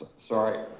sorry,